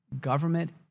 government